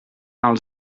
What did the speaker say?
els